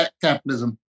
capitalism